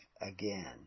again